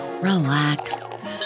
relax